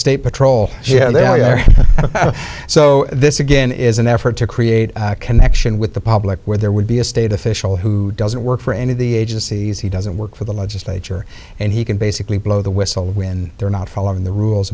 state patrol yeah there you are so this again is an effort to create a connection with the public where there would be a state official who doesn't work for any of the agencies he doesn't work for the legislature and he can basically blow the whistle when they're not following the rules